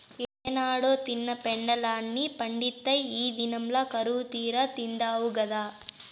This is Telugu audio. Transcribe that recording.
ఏనాడో తిన్న పెండలాన్ని పండిత్తే ఈ దినంల కరువుతీరా తిండావు గదా